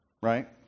Right